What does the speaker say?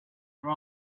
round